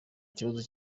ikibazo